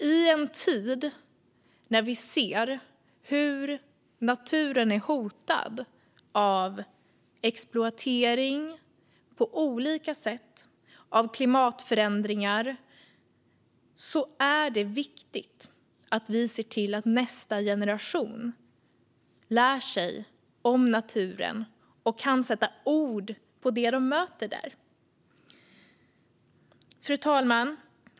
I en tid när vi ser hur naturen är hotad av klimatförändringar och exploatering på olika sätt är det viktigt att vi ser till att nästa generation lär sig om naturen och kan sätta ord på det som de möter där. Fru talman!